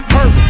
Hurt